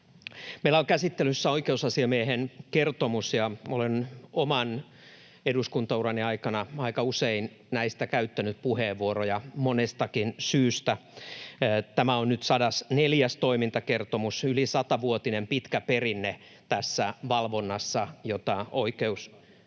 Meillä on käsittelyssä oikeusasiamiehen kertomus, ja olen oman eduskuntaurani aikana aika usein näistä käyttänyt puheenvuoroja monestakin syystä. Tämä on nyt 104. toimintakertomus, yli 100-vuotinen pitkä perinne tässä valvonnassa, jota